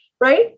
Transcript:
right